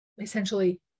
essentially